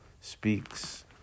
speaks